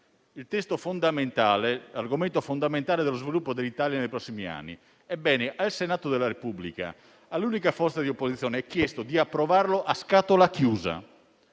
del Consiglio Draghi - è l'argomento fondamentale dello sviluppo dell'Italia nei prossimi anni. Ebbene, al Senato della Repubblica, all'unica forza di opposizione è chiesto di approvarlo a scatola chiusa,